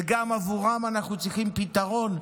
וגם עבורם אנחנו צריכים פתרון,